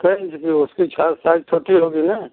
कै इंच की है उसकी छौ साइज छोटा होगी ना